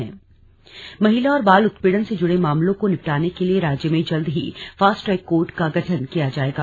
fast track court महिला और बाल उत्पीड़न से जुड़े मामलों को निपटाने के लिए राज्य में जल्द ही फास्ट ट्रैक कोर्ट का गठन किया जाएगा